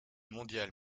mondial